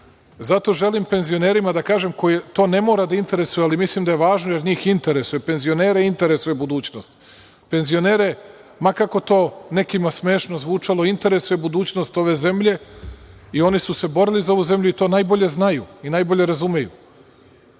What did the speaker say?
želim da penzionerima kažem koje to ne mora da interesuje, ali mislim da je važno, jer njih interesuje. Penzionere interesuje budućnost. Penzionere, ma kako to nekima smešno zvučalo interesuje budućnost ove zemlje i oni su se borili za ovu zemlju i to najbolje znaju i najbolje razumeju. Suština